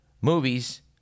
Movies